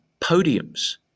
podiums